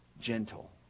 gentle